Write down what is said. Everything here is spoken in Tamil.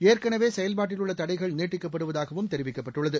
ஏற்கனவே செயல்பாட்டில் உள்ள தடைகள் நீட்டிக்கப்படுவதாகவும் தெரிவிக்கப்பட்டுள்ளது